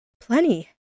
Plenty